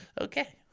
Okay